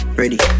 ready